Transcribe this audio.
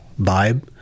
vibe